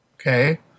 Okay